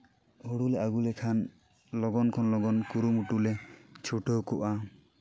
ᱦᱳᱲᱳ ᱞᱮ ᱟᱹᱜᱩ ᱞᱮᱠᱷᱟᱱ ᱞᱚᱜᱚᱱ ᱠᱷᱚᱱ ᱞᱚᱜᱚᱱ ᱠᱩᱨᱩᱢᱩᱴᱩ ᱞᱮ ᱪᱷᱩᱴᱟᱹᱣ ᱠᱚᱜᱼᱟ